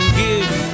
give